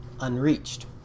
unreached